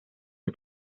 los